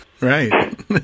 Right